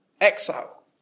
Exile